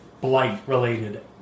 blight-related